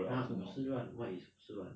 !huh! 五十万 what is 五十万